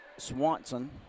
Swanson